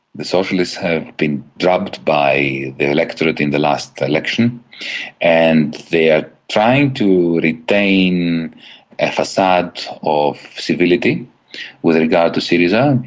the socialists have been dropped by the electorate in the last election and they are trying to retain a facade of civility with regard to syriza,